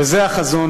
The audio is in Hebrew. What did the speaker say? וזה החזון.